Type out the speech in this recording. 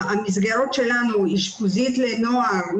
המסגרות שלנו אשפוזית לנוער,